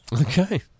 Okay